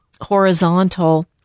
horizontal